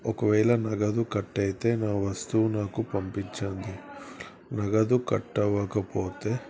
ఒకవేళ నగదు కట్ అయితే నా వస్తువు నాకు పంపించండి నగదు కట్ అవ్వకపోతే